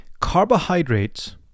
Carbohydrates